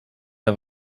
der